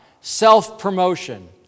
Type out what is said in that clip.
self-promotion